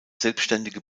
selbständige